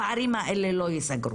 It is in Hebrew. הפערים האלה לא יסגרו.